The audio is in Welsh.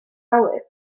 awyr